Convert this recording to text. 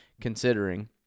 Considering